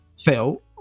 Phil